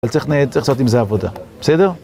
אבל צריך לעשות עם זה עבודה, בסדר?